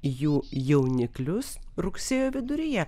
jų jauniklius rugsėjo viduryje